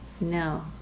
No